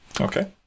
Okay